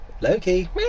Loki